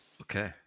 Okay